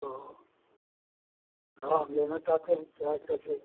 तो दवा हम लेना चाहते हैं फिलहाल कैसे